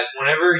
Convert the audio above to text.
whenever